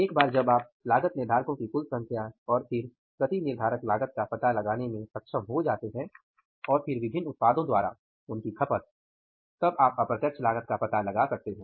एक बार जब आप लागत निर्धारको की कुल संख्या और फिर प्रति निर्धारक लागत का पता लगाने में सक्षम हो जाते हैं और फिर विभिन्न उत्पादों द्वारा उनकी खपत तब आप अप्रत्यक्ष लागत का पता लगा सकते हैं